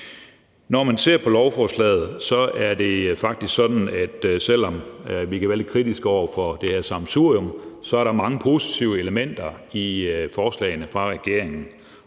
Når vi ser på lovforslaget, er det faktisk sådan, at selv om vi kan være lidt kritiske over for det her sammensurium, er der mange positive elementer i forslagene fra regeringen.